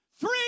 Three